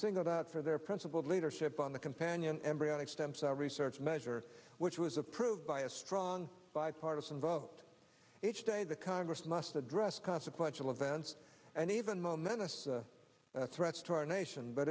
singled out for their principled leadership on the companion embryonic stem cell research measure which was approved by a strong bipartisan vote each day the congress must address consequential events and even momentous threats to our nation